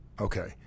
Okay